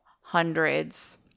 hundreds